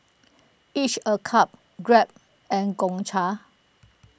Each A Cup Grab and Gongcha